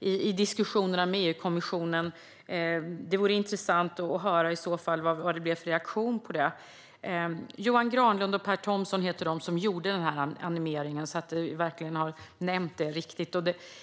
i diskussionerna med EU-kommissionen. Det vore intressant att höra reaktionen på en sådan diskussion. Johan Granlund och Per Thomson gjorde animeringen, och nu har jag nämnt deras namn ordentligt.